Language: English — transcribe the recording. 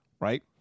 Right